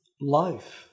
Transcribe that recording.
Life